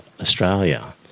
Australia